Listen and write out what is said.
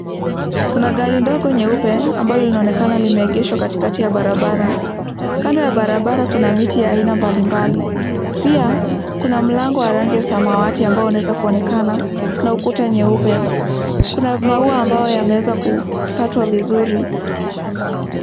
Kuna gari ndogo nyeupe ambalo linaonekana limeegshwa katikati ya barabara. Kando ya barabara kuna miti ya aina mbalimbali, pia kuna mlango wa rangi ya samawati ambao unaweza kuonekana na ukuta nyeupe. Kuna maua ambayo yameweza kukatwa vizuri.